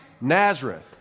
Nazareth